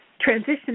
transition